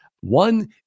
one